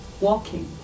walking